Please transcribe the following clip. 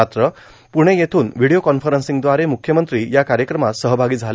मात्र पुणे येथून व्हिर्डओ कॉन्फरन्सिंगदवारे मुख्यमंत्री या कायक्रमात सहभागी झाले